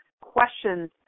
questions